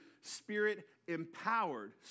Spirit-empowered